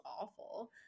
awful